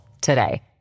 today